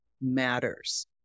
matters